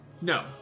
no